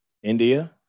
India